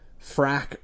Frack